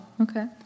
Okay